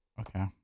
Okay